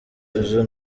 izo